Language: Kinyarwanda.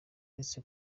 uretse